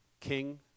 king